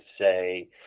say